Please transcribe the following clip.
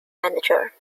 manager